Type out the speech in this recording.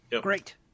Great